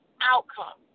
outcome